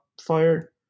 fire